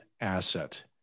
Asset